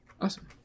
Awesome